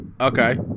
Okay